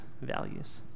values